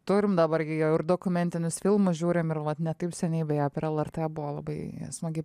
turim dabar gi jau ir dokumentinius filmus žiūrim ir vat ne taip seniai beje per lrt buvo labai smagi